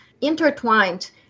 intertwined